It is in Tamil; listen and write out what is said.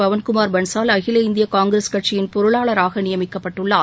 பவன்குமார் பள்சால் அகில இந்திய காங்கிரஸ் கட்சியின் பொருளாளராக நியமிக்கப்பட்டுள்ளார்